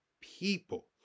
people